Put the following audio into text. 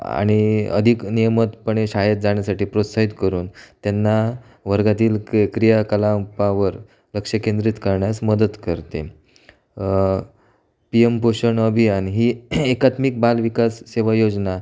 आणि अधिक नियमितपणे शाळेत जाण्यासाठी प्रोत्साहित करून त्यांना वर्गातील कि क्रियाकलांपावर लक्ष केंद्रित करण्यास मदत करते पी यम पोषण अभियान ही एकात्मिक बालविकास सेवा योजना